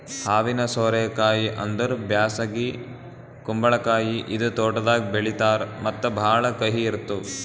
ಹಾವಿನ ಸೋರೆ ಕಾಯಿ ಅಂದುರ್ ಬ್ಯಾಸಗಿ ಕುಂಬಳಕಾಯಿ ಇದು ತೋಟದಾಗ್ ಬೆಳೀತಾರ್ ಮತ್ತ ಭಾಳ ಕಹಿ ಇರ್ತುದ್